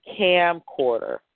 camcorder